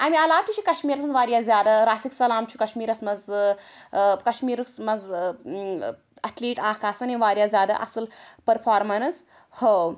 اَمہِ علاوٕ تہِ چھِ کَشمیٖرَس منٛز واریاہ زیادٕ راسِک سَلام چھُ کَشمیٖرس منٛز ٲں ٲں کَشمیٖرَس منٛز ٲں ایٚتھلیٖٹ اکھ آسان یِیٚمۍ واریاہ زیادٕ اصٕل پٔرفارمیٚنٕس ہٲو